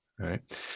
Right